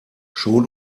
schon